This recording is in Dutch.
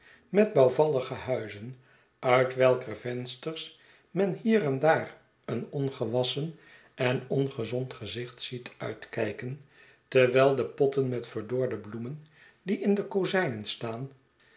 met bouwvallige huizen uit welker vensters men hier en daar een ongewasschen en ongezond gezicht ziet uitkijken terwijl de potten met verdorde bloemen die in de kozijnen staan